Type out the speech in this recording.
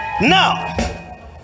now